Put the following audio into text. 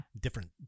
Different